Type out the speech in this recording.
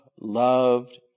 loved